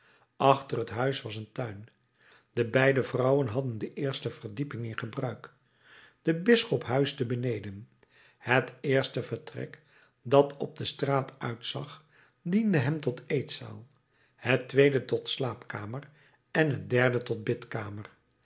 achter het huis was een tuin de beide vrouwen hadden de eerste verdieping in gebruik de bisschop huisde beneden het eerste vertrek dat op de straat uitzag diende hem tot eetzaal het tweede tot slaapkamer en het derde tot bidkamer